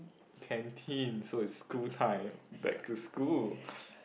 canteen so it's school time back to school